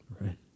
Right